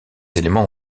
éléments